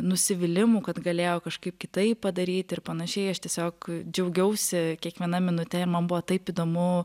nusivylimų kad galėjo kažkaip kitaip padaryti ir panašiai aš tiesiog džiaugiausi kiekviena minute man buvo taip įdomu